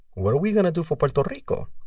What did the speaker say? what are we going to do for puerto rico?